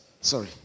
Sorry